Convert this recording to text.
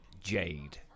Jade